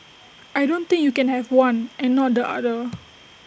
I don't think you can have one and not the other